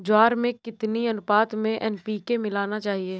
ज्वार में कितनी अनुपात में एन.पी.के मिलाना चाहिए?